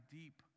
deep